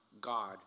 God